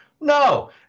No